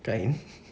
kind